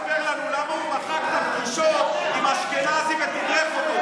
תספר לנו למה מחקת את הפגישות עם אשכנזי ותדרכת אותו.